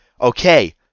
Okay